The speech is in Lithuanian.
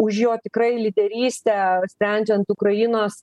už jo tikrai lyderystę sprendžiant ukrainos